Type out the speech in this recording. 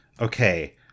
Okay